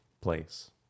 place